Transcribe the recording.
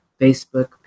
Facebook